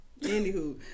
Anywho